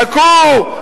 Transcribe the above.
חכו,